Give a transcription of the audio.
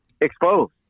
exposed